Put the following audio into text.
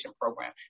program